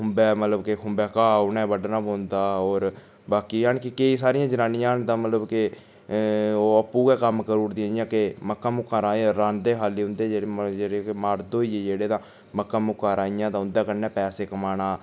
खुंबै मतलब के खुंबै घा उ'नें बड्डना पौंदा होर बाकी जानि के केईं सारियां जनानियां न तां मतलब के ओह् आपू गै कम्म करी ओड़दी जि'यां के मक्कां मुक्कां राहें रांह्दे खाल्ली उं'दे जे जेह्ड़े के मड़द होई गे जेह्ड़े तां मक्कां मुक्कां राहियां तां उं'दे कन्नै पैसे कमाना